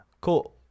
cool